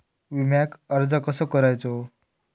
विम्याक अर्ज कसो करायचो?